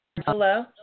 Hello